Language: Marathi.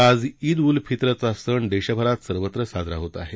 आज ईद उल फित्रचा सण देशभरात सर्वत्र साजरा होत आहे